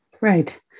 Right